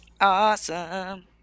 Awesome